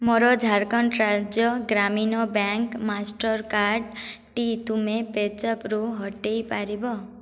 ମୋର ଝାଡ଼ଖଣ୍ଡ ରାଜ୍ୟ ଗ୍ରାମୀଣ ବ୍ୟାଙ୍କ ମାଷ୍ଟର୍କାର୍ଡ଼ଟି ତୁମେ ପେଜାପ୍ରୁ ହଟାଇ ପାରିବ